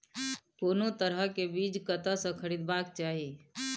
कोनो तरह के बीज कतय स खरीदबाक चाही?